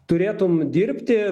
turėtume dirbti